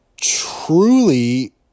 truly